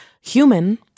Human